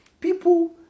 people